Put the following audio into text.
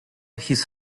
his